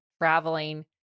traveling